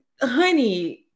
honey